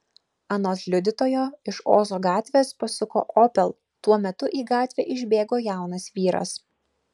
anot liudytojo iš ozo gatvės pasuko opel tuo metu į gatvę išbėgo jaunas vyras